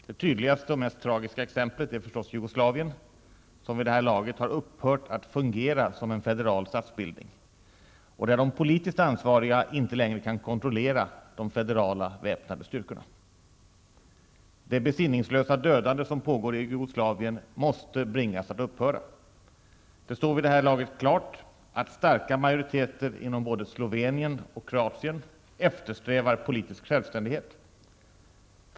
Det tydligaste och mest tragiska exemplet är förstås Jugoslavien, som vid det här laget har upphört att fungera som en federal statsbildning och där de politiskt ansvariga inte längre kan kontrollera de federala väpnade styrkorna. Det besinningslösa dödande som pågår i Jugoslavien måste bringas att upphöra. Det står vid det här laget klart att starka majoriteter inom både Slovenien och Kroatien eftersträvar politisk självständighet.